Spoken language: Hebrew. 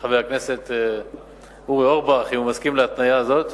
חבר הכנסת אורי אורבך אם הוא מסכים להתניה הזאת,